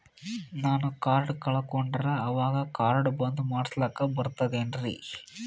ನಾನು ಕಾರ್ಡ್ ಕಳಕೊಂಡರ ಅವಾಗ ಕಾರ್ಡ್ ಬಂದ್ ಮಾಡಸ್ಲಾಕ ಬರ್ತದೇನ್ರಿ?